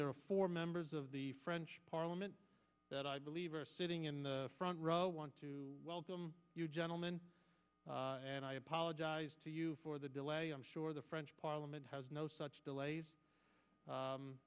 are four members of the french parliament that i believe are sitting in the front row want to welcome you gentlemen and i apologize to you for the delay i'm sure the french parliament has no such delays